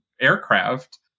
aircraft